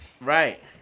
Right